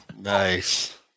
Nice